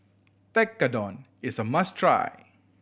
tekkadon is a must try